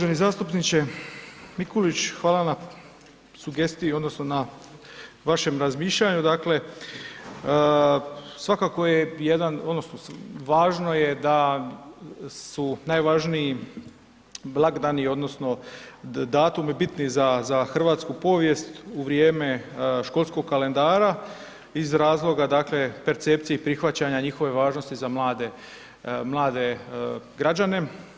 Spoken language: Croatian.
Uvaženi zastupniče Mikulić, hvala na sugestiji odnosno na važem razmišljanju, dakle svakako jedan odnosno važno je da su najvažniji blagdani odnosno datumi bitni za hrvatsku povijest u vrijeme školskog kalendara iz razloga dakle percepcije i prihvaćanje njihove važnosti za mlade, mlade građane.